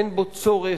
אין בו צורך,